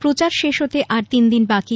প্রচার শেষ হতে আরও তিনদিন বাকি